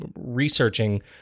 researching